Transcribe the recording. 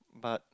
but